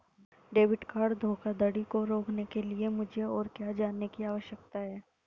Debit card धोखाधड़ी को रोकने के लिए मुझे और क्या जानने की आवश्यकता है?